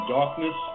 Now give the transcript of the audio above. Darkness